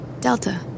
Delta